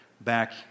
back